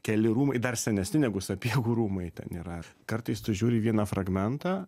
keli rūmai dar senesni negu sapiegų rūmai ten yra kartais tu žiūri į vieną fragmentą